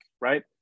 right